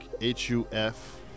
H-U-F